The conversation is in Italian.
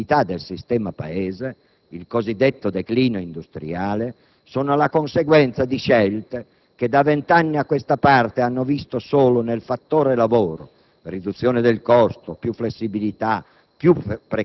anzi, semmai, la perdita di competitività del sistema Paese, il cosiddetto declino industriale, sono conseguenza di scelte che da vent'anni a questa parte hanno visto solo nel fattore lavoro